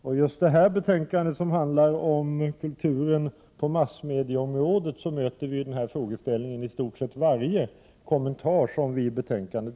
I just det här betänkandet, som handlar om kulturen på massmedieområdet, möter vi den frågeställningen i stort sett i varje kommentar som vi gör i betänkandet.